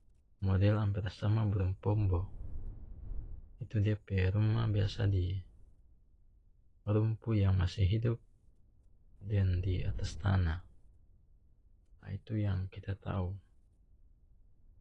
Model amper sama burung pombo itu dia pe rumah biasa di rumpu yang masih hidup den diatas tanah ah itu yang kita tau